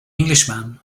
englishman